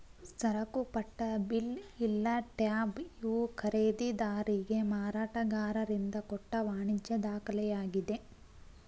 ಸರಕುಪಟ್ಟ bill ಇಲ್ಲಾ tab ಇವು ಖರೇದಿದಾರಿಗೆ ಮಾರಾಟಗಾರರಿಂದ ಕೊಟ್ಟ ವಾಣಿಜ್ಯ ದಾಖಲೆಯಾಗಿದೆ